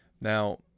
Now